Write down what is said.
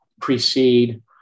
precede